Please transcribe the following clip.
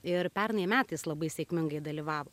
ir pernai metais labai sėkmingai dalyvavo